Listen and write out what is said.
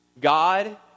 God